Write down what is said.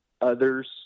others